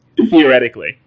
Theoretically